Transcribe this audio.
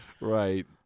Right